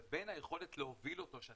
אבל בין היכולת להוביל אותו,